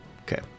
okay